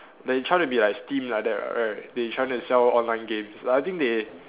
they trying to be like steam like that right they trying to sell online games I think they